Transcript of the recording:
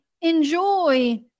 enjoy